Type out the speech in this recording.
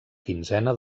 quinzena